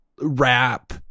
rap